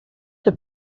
the